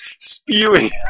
spewing